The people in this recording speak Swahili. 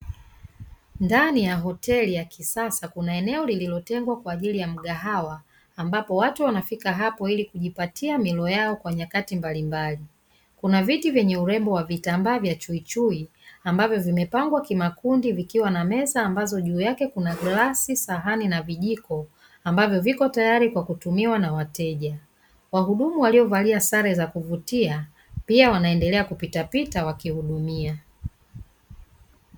Ndani ya hoteli ya kisasa, kuna eneo lililotengwa kwa ajili ya mgahawa ambapo watu wanafika hapo ili kujipatia milo yao kwa nyakati mbalimbali. Kuna viti vyenye urembo wa vitambaa vya chuichui, ambavyo vimepangwa kimakundi vikiwa na meza ambazo juu yake kuna glasi, sahani, na vijiko, ambavyo viko tayari kwa kutumiwa na wateja. Wahudumu waliovalia sare za kuvutia pia wanaendelea kupitapita wakiwahudumia.